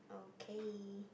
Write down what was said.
okay